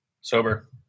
sober